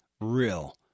real